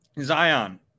Zion